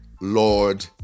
Lord